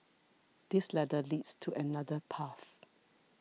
this ladder leads to another path